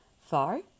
far